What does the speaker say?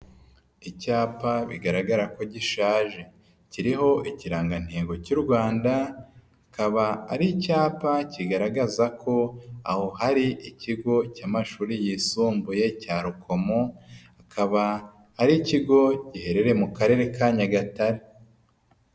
Icyapa bigaragara ko gishaje, kiriho ikirangantego cy'u Rwanda. Kikaba ari icyapa kigaragaza ko aho hari ikigo cy'amashuri yisumbuye cya Rukomo, akaba ari ikigo giherereye mu karere ka Nyagatare.